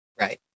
Right